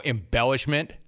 Embellishment